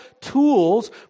tools